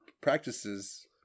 practices